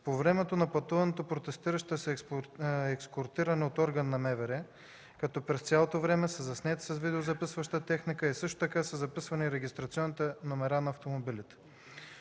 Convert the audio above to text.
По времето на пътуването протестиращите са ескортирани от органи на МВР, като през цялото време са заснемани с видеозаписваща техника и също така са записани регистрационните номера на автомобилите.